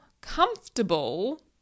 comfortable